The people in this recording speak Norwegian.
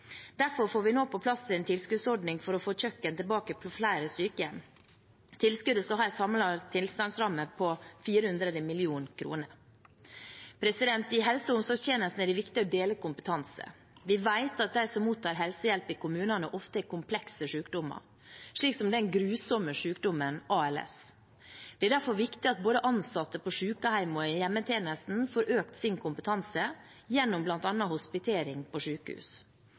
Derfor får vi nå på plass en tilskuddsordning for å få kjøkken tilbake på flere sykehjem. Tilskuddet skal ha en samlet tilsagnsramme på 400 mill. kr. I helse- og omsorgstjenestene er det viktig å dele kompetanse. Vi vet at de som mottar helsehjelp i kommunene, ofte har komplekse sykdommer, slik som den grusomme sykdommen ALS. Det er derfor viktig at både ansatte på sykehjem og i hjemmetjenesten får økt sin kompetanse gjennom bl.a. hospitering på